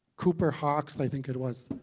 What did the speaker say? cooper hawks, i think it was,